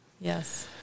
Yes